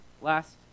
Last